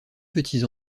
petits